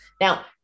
Now